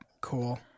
Cool